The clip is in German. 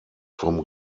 vom